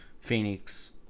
Phoenix